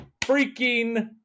freaking